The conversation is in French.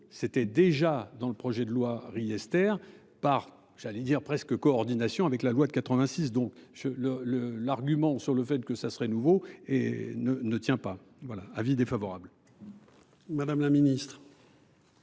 C'était déjà dans le projet de loi Riester par, j'allais dire presque coordination avec la loi de 86, donc je le le l'argument sur le fait que ça serait nouveau et ne ne tient pas. Voilà, avis défavorable. Madame la Ministre.